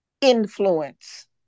influence